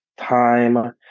time